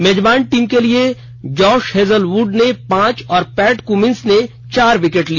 मेजबान टीम के लिए जॉश हेजलव्ड ने पांच और पैट कुमिंस ने चार विकेट लिए